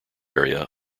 area